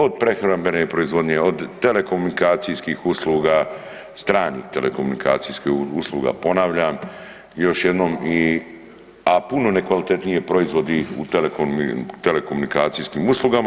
Od prehrambene proizvodnje od telekomunikacijskih usluga, stranih telekomunikacijskih usluga ponavljam još jednom, a puno nekvalitetniji proizvodi u telekomunikacijskim uslugama.